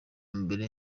mbere